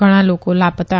ઘણા લોકો લા તા